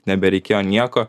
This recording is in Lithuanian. nebereikėjo nieko